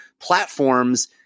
platforms